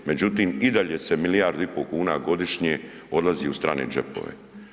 Međutim, i dalje se milijardu i po kuna godišnje odlazi u strane džepove.